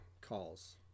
calls